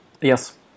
Yes